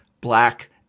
black